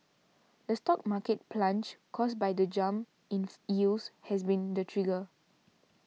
the stock market plunge caused by the jump ins yields has been the trigger